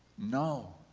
no,